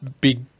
big